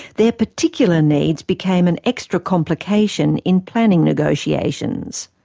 their particular needs became an extra complication in planning negotiations.